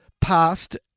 past